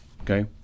Okay